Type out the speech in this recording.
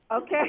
Okay